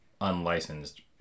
unlicensed